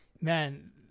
Man